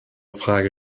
frage